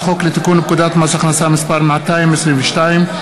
חוק לתיקון פקודת מס הכנסה (מס' 222),